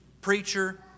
preacher